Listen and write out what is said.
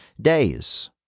days